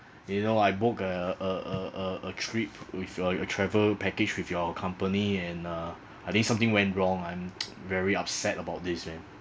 you know I book a a a a a trip with your your travel package with your company and uh I think something went wrong I'm very upset about this man